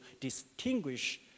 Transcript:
distinguish